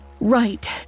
right